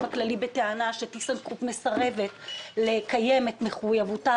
הכללי בטענה שטיסנגרופ מסרבת לקיים את מחויבותה